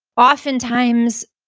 oftentimes,